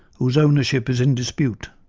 whose ownership is in dispute.